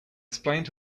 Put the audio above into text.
explained